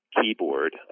keyboard